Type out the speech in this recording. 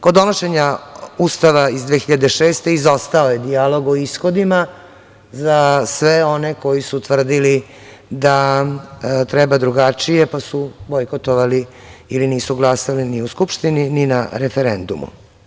Kod donošenja Ustava iz 2006. godine izostao je dijalog o ishodima za sve one koji su tvrdili da treba drugačije, pa su bojkotovali ili nisu glasali, ni u Skupštini ni na referendumu.